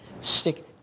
stick